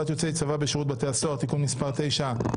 יוצאי צבא בשירות בתי הסוהר) (תיקון מס' 9),